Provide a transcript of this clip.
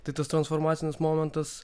tai tas transformacinis momentas